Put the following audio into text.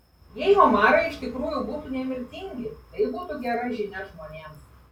jei omarai iš tikrųjų būtų nemirtingi tai būtų gera žinia žmonėms